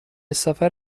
سفر